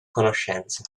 conoscenza